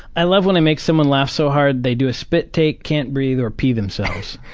i love when i make someone laugh so hard they do a spit take, can't breathe, or pee themselves.